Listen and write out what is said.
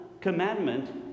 commandment